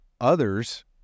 others